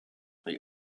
they